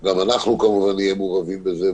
גם אנחנו כמובן נהיה מעורבים בזה,